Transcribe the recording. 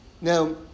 now